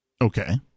Okay